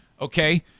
okay